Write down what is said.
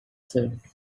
said